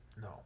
No